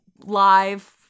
live